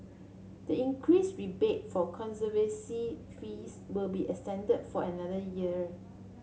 the increase rebate for conservancy fees will be extended for another year